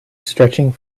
stretching